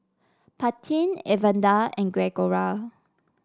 Paityn Evander and Gregoria